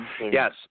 Yes